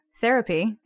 therapy